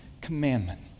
Commandment